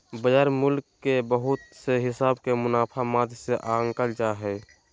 बाजार मूल्य के बहुत से हिसाब के मुनाफा माध्यम से आंकल जा हय